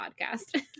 podcast